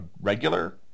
regular